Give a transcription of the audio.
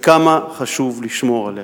וכמה חשוב לשמור עליה.